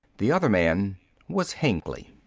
the other man was hengly.